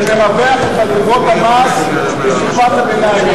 ומרווח את מדרגות המס לשכבת הביניים.